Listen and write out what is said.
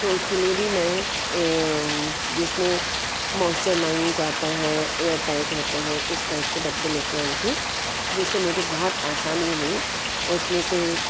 तो उसके लिए भी मैं जिस में मोइस्चर नहीं जाता है एयर टाइट होते हैं इस टाइप के डब्बे ले कर आई थी जिस से मुझे बहुत आसानी हुई और उस में से